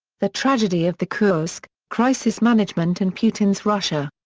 the tragedy of the kursk crisis management in putin's russia.